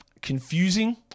confusing